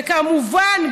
וכמובן,